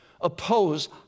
oppose